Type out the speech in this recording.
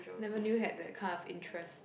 never knew had that kind of interest